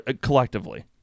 collectively